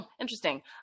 interesting